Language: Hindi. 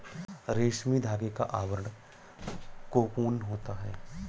रेशमी धागे का आवरण कोकून होता है